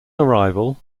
arrival